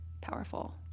powerful